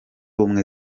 ubumwe